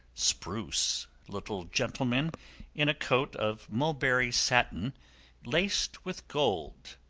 spruce little gentleman in a coat of mulberry satin laced with gold,